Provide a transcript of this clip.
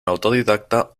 autodidacta